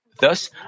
Thus